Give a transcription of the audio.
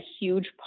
huge